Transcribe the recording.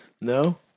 No